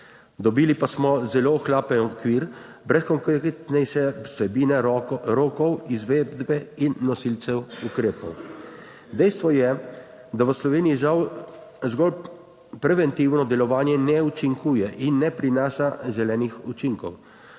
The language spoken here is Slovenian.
Dobili pa smo zelo ohlapen okvir, brez konkretnejše vsebine, rokov izvedbe in nosilcev ukrepov. Dejstvo je, da v Sloveniji žal zgolj preventivno delovanje ne učinkuje in ne prinaša želenih učinkov,